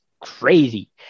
crazy